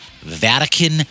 Vatican